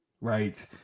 Right